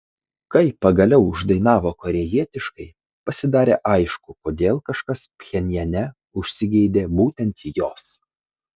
kai pagaliau uždainavo korėjietiškai pasidarė aišku kodėl kažkas pchenjane užsigeidė būtent jos